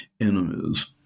enemies